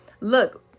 Look